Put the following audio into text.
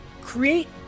create